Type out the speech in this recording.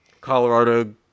Colorado